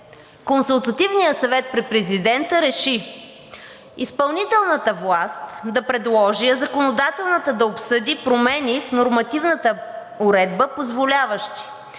Консултативният съвет при президента реши: Изпълнителната власт да предложи, а законодателната да обсъди промени в нормативната уредба, позволяващи: